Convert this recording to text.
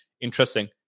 interesting